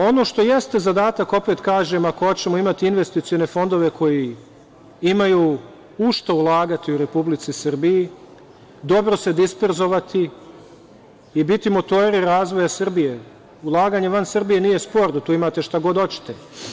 Ono što jeste zadatak, opet kažem, ako hoćemo imati investicione fondove koji imaju u šta ulagati u Republici Srbiji, dobro se disperzovati i biti motori razvoja Srbije, ulaganje van Srbije nije sporno, tu imate šta god hoćete.